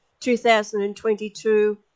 2022